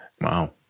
Wow